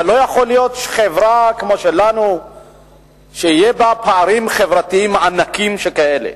אבל לא יכול להיות שחברה כמו שלנו יהיו בה פערים חברתיים ענקיים שכאלה.